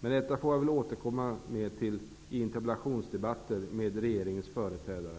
Detta får jag väl återkomma till i interpellationsdebatter med regeringens företrädare.